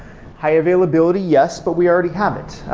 high availability, yes, but we already have it.